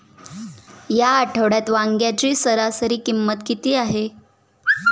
या आठवड्यात वांग्याची सरासरी किंमत किती आहे?